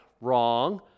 Wrong